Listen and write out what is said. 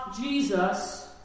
Jesus